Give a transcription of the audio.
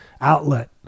outlet